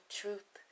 truth